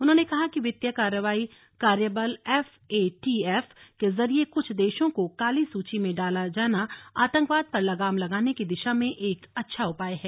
उन्होंने कहा कि वित्तीय कार्रवाई कार्यबल एफ ए टी एफ के जरिये कुछ देशों को काली सुची में डाला जाना आतंकवाद पर लगाम लगाने की दिशा में एक अच्छा उपाय है